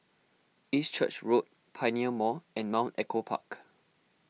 East Church Road Pioneer Mall and Mount Echo Park